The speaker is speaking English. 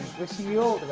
wish you